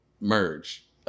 merge